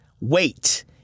wait